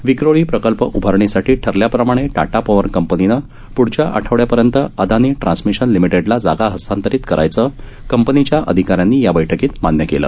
विक्रोळी प्रकल्प उभारणीसाठी ठरल्याप्रमाणे टाटा पॉवर कंपनीनं प्ढच्या आठवड्यापर्यंत अदानी ट्रान्समिशन लिमिटेडला जागा हस्तांतरीत करायचं कंपनीच्या अधिकाऱ्यांनी या बैठकीत मान्य केलं